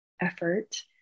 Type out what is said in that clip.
effort